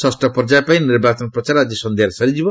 ଷଷ୍ଠ ପର୍ଯ୍ୟାୟ ପାଇଁ ନିର୍ବାଚନ ପ୍ରଚାର ଆଜି ସଂଧ୍ୟାରେ ସରିଯିବ